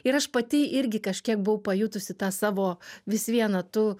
ir aš pati irgi kažkiek buvau pajutusi tą savo vis viena tu